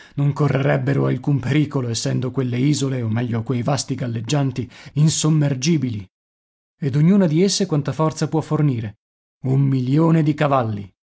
non correrebbero alcun pericolo essendo quelle isole o meglio quei vasti galleggianti insommergibili ed ognuna di esse quanta forza può fornire un milione di cavalli